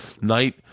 night –